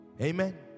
Amen